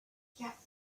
quatre